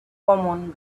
common